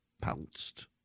pounced